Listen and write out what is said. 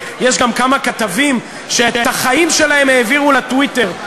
יש גם כמה כתבים שאת החיים שלהם העבירו לטוויטר.